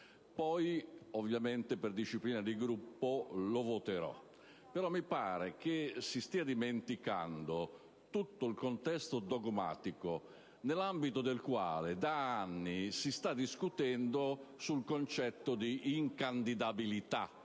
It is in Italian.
Poi, ovviamente, per disciplina di Gruppo, lo voterò, però mi pare che si stia dimenticando tutto il contesto dogmatico nell'ambito del quale da anni si sta discutendo sul concetto di incandidabilità.